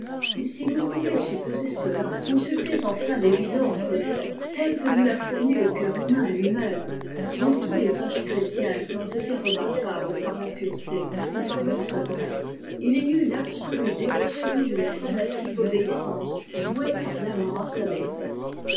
mais si vous pouvez supposer cela consultez enfin l'évidence des faits telle que nous la fournit le cœur humain lui-même dans tous les âges chrétiens qui ont été remarquables par la pureté ou par le progrès il y eut l'absolue dévotion d'une fanatique obéissance vouée par l'amant à sa maîtresse